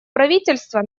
правительства